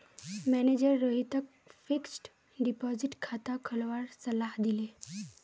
manager रोहितक fixed deposit खाता खोलवार सलाह दिले